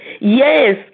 Yes